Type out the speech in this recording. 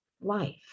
life